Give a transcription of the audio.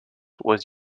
was